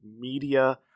media